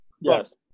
Yes